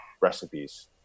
recipes